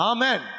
Amen